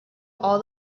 all